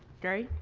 gary?